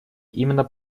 именно